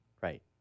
Right